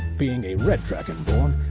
being a red dragonborn,